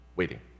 waiting